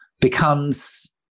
becomes